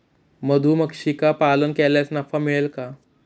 मधुमक्षिका पालन केल्यास नफा मिळेल का?